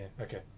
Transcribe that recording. Okay